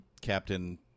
Captain